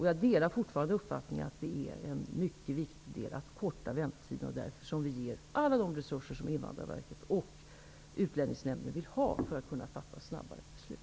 Jag delar fortfarande den uppfattningen att det är en mycket viktig del att korta väntetiderna. Det är därför som vi ger alla de resurser som Invandrarverket och Utlänningsnämnden vill ha för att kunna fatta snabbare beslut.